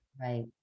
Right